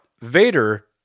Vader